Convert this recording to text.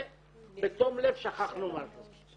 ובתום לב שכחנו משהו.